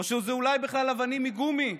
או שזה אולי בכלל אבנים מגומי?